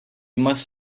must